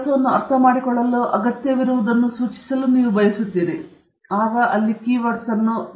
portable ಅನ್ವಯಿಕೆಗಳಿಗೆ ಪುನರ್ಭರ್ತಿ ಮಾಡಬಹುದಾದ ಶಕ್ತಿ ಮೂಲಗಳನ್ನು ಹೊಂದಲು ಆಸಕ್ತರಾಗಿರುವ ಬಹಳಷ್ಟು ಜನರು ಇದ್ದಾರೆ ಎಂದರ್ಥ